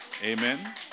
Amen